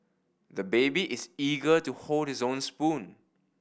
the baby is eager to hold his own spoon